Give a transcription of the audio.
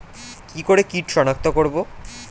কি করে কিট শনাক্ত করব?